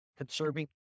conserving